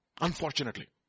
unfortunately